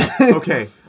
Okay